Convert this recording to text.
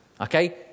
okay